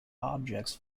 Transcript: objects